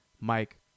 Mike